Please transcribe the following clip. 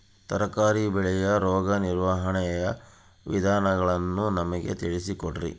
ತರಕಾರಿ ಬೆಳೆಯ ರೋಗ ನಿರ್ವಹಣೆಯ ವಿಧಾನಗಳನ್ನು ನಮಗೆ ತಿಳಿಸಿ ಕೊಡ್ರಿ?